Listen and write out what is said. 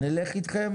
נלך אתכם